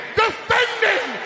defending